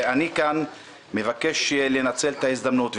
אני כאן מבקש לנצל את ההזדמנות,